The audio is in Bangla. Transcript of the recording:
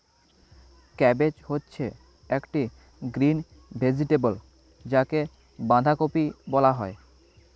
ক্যাবেজ হচ্ছে একটি গ্রিন ভেজিটেবল যাকে বাঁধাকপি বলা হয়